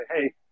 hey